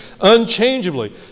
unchangeably